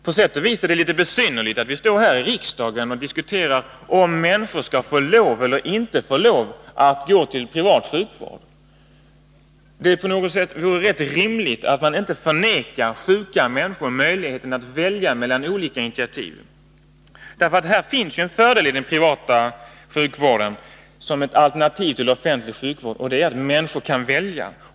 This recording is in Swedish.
På sätt och vis är det besynnerligt att stå här i kammaren och diskutera om människor skall få lov eller inte att anlita privat sjukvård. Det vore rätt rimligt att inte vägra sjuka människor möjlighet att välja mellan olika alternativ. Det finns ju en fördel i den privata sjukvården som alternativ till den offentliga, och det är att människorna kan välja.